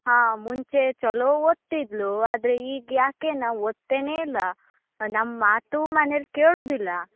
ಹಾಂ ಮುಂಚೆ ಛಲೋ ಓದ್ತಿದ್ದಳು ಆದರೆ ಈಗ ಯಾಕೆ ಏನೋ ಓದ್ತನೇ ಇಲ್ಲ ನಮ್ಮ ಮಾತು ಮನೇಲಿ ಕೇಳೋದಿಲ್ಲ